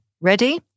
Ready